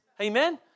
Amen